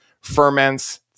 ferments